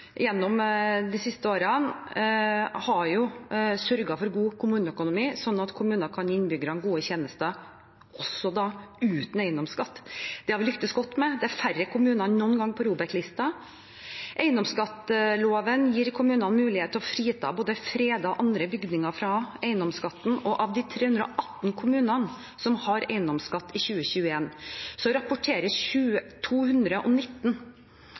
de siste årene, har sørget for god kommuneøkonomi, slik at kommunene kan gi innbyggerne gode tjenester også uten eiendomsskatt. Det har vi lyktes godt med. Det er færre kommuner enn noen gang på ROBEK-listen. Eiendomsskatteloven gir kommunene mulighet til å frita både fredete og andre bygninger for eiendomsskatt. Av de 318 kommunene som har eiendomsskatt i